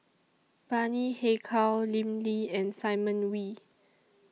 Bani Haykal Lim Lee and Simon Wee